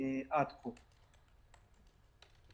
עד כה.